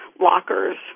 lockers